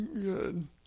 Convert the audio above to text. good